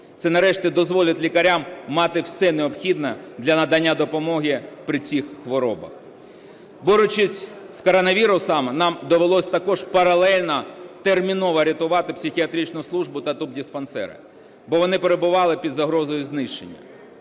Це нарешті дозволить лікарям мати все необхідне для надання допомоги при цих хворобах. Борючись з коронавірусом, нам довелось також паралельно терміново рятувати психіатричну службу та тубдиспансери, бо вони перебували під загрозою знищення.